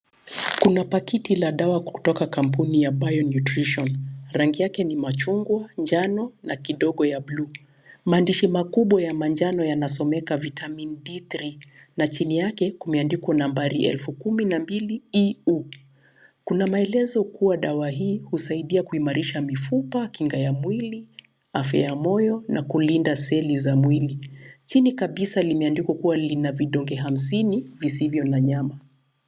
Kuna pakiti la dawa kutoka kampuni ya Bio Nutrition. Rangi yake ni machungwa, njano na kidogo ya bluu. Maandishi makubwa ya manjano yanasomeka Vitamin D-3 na chini yake kumeandikwa nambari elfu kumi na mbili IU. Kuna maelezo kuwa dawa hii husaidia kuimarisha mifupa, kinga ya mwili, afya ya moyo na kulinda seli za mwili. Chini kabisa limeandikwa kuwa lina vidonge hamsini visivyo na.